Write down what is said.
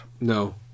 No